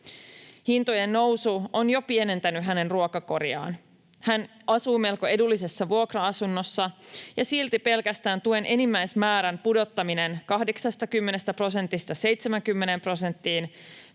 Hintojen nousu on jo pienentänyt hänen ruokakoriaan. Hän asuu melko edullisessa vuokra-asunnossa, ja silti pelkästään tuen enimmäismäärän pudottaminen 80 prosentista 70 prosenttiin